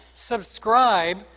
subscribe